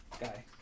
guy